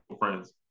friends